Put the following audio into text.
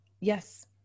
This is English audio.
Yes